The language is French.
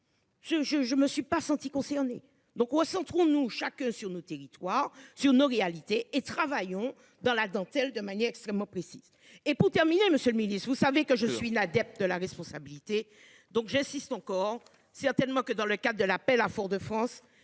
je, je me suis pas senti concerné donc au centre nous chaque sur nos territoires sur nos réalités et travaillons dans la dentelle de manière extrêmement précise. Et pour terminer, Monsieur le Ministre, vous savez que je suis une adepte de la responsabilité. Donc j'insiste encore certainement que dans le cas de l'appel à Fort de France.